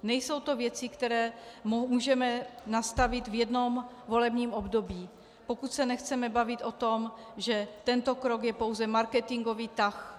Nejsou to věci, které můžeme nastavit v jednom volebním období, pokud se nechceme bavit o tom, že tento krok je pouze marketingový tah.